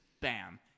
bam